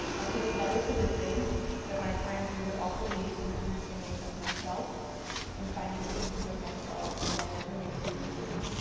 i could have never predicted that my time here would also lead to an understanding of myself and finding pieces of myself that i never knew to be missing.